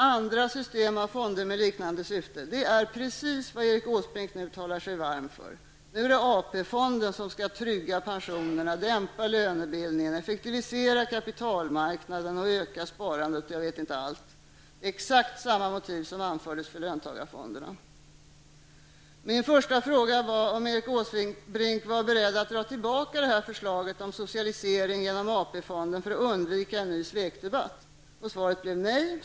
Andra system av fonder med liknande syften är precis vad statsrådet Erik Åsbrink nu talar sig varm för. Nu är det AP-fonden som skall trygga pensionerna, dämpa lönebildningen, effektivisera kapitalmarknaden och öka sparandet -- jag vet inte allt. Det är exakt samma motiv som anfördes för löntagarfonderna. Min första fråga var om Erik Åsbrink var beredd att dra tillbaka det här förslaget om socialisering genom AP-fonden för att undvika en ny svekdebatt. Svaret blev nej.